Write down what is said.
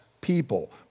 people